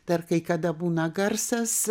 dar kai kada būna garsas